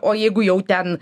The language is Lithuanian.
o jeigu jau ten